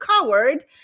coward